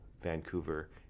Vancouver